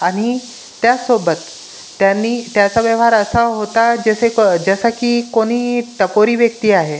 आणि त्याचसोबत त्यांनी त्याचा व्यवहार असा होता जसे को जसा की कोणी टपोरी व्यक्ती आहे